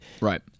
Right